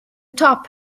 top